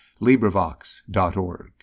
librivox.org